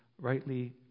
rightly